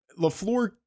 LaFleur